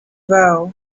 vaux